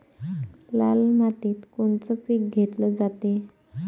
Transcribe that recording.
लाल मातीत कोनचं पीक घेतलं जाते?